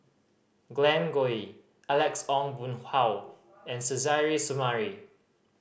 Glen Goei Alex Ong Boon Hau and Suzairhe Sumari